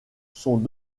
sont